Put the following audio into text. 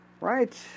Right